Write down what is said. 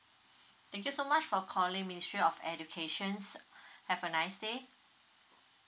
thank you so much for calling ministry of educations have a nice day